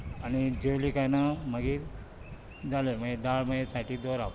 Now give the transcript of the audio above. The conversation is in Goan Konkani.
आनी जेवलीं काय ना मागीर जालें दाळ मागीर सायडीक दवरप